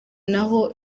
ntaho